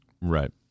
Right